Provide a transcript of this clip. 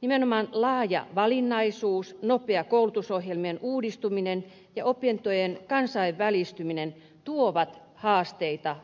nimenomaan laaja valinnaisuus nopea koulutusohjelmien uudistuminen ja opintojen kansainvälistyminen tuovat haasteita